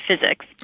Physics